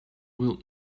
will